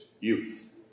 youth